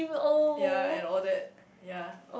ya and all that ya